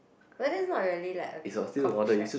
but that's not really like a coffeeshop